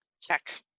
check